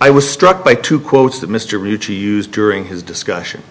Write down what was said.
i was struck by two quotes that mr ricci used during his discussion